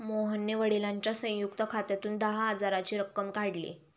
मोहनने वडिलांच्या संयुक्त खात्यातून दहा हजाराची रक्कम काढली